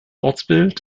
ortsbild